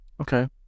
Okay